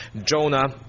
Jonah